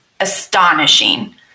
astonishing